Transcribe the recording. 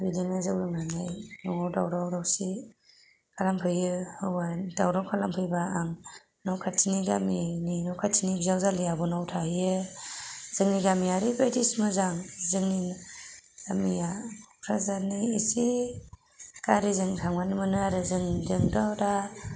बिदिनो जौ लोंनानै न'आव दावराव दावसि खालामफैयो हौवाया दावराव खालामफैबा आं न' खाथिनि गामिनि न' खाथिनि बिजावजालि आब'नाव थाहैयो जोंनि गामिया ओरैबायदि मोजां जोंनि गामिया क'क्राझारनि इसे गारिजों थांबानो मोनो आरो जों जोंथ' दा